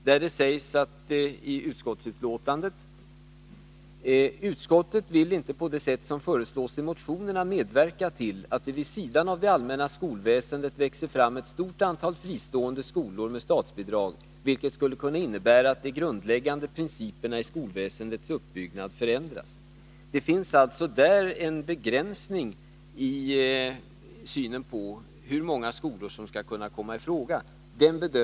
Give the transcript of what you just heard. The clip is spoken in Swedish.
I det utskottsbetänkande som låg till grund för beslutet sägs: ”Utskottet vill inte på det sätt som föreslås i motionerna medverka till att det vid sidan av det allmänna skolväsendet växer fram ett stort antal fristående skolor med statsbidrag vilket skulle kunna innebära att de grundläggande principerna i skolväsendets uppbyggnad förändras.” Det finns alltså där en begränsning i synen på hur många skolor som skall kunna komma i fråga.